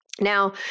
Now